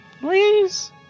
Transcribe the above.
Please